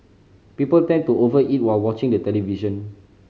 people tend to over eat while watching the television